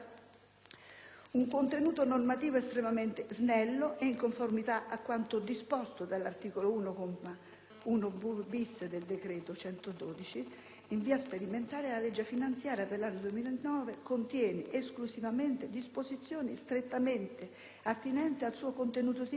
un contenuto normativo estremamente snello e, in conformità a quanto disposto dall'articolo 1, comma 1-*bis* del decreto-legge n. 112 del 2008, «in via sperimentale, la legge finanziaria per l'anno 2009 contiene esclusivamente disposizioni strettamente attinenti al suo contenuto tipico